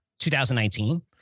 2019